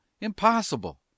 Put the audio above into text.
Impossible